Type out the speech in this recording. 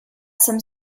some